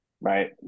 Right